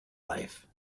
life